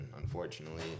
Unfortunately